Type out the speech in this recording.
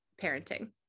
parenting